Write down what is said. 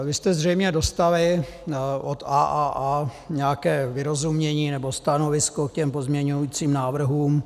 Vy jste zřejmě dostali od AAA nějaké vyrozumění nebo stanovisko k těm pozměňujícím návrhům.